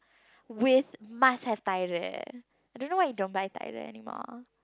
with must have I don't know why you don't buy anymore